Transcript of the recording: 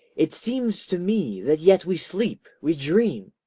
it seems to me that yet we sleep, we dream.